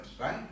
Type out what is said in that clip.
right